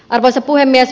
arvoisa puhemies